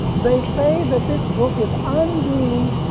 they say that this book is unduly,